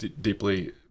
deeply